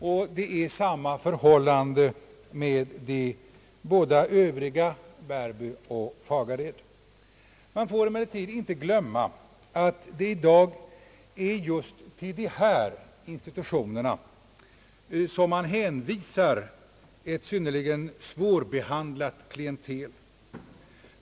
Och det är samma förhållande med de båda övriga, Bärby och Fagared. Vi får emellertid inte glömma att det i dag är just till dessa institutioner som man hänvisar ett synnerligen svårbehandlat klientel.